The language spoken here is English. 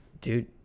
dude